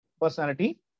personality